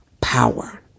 power